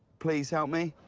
please, help me?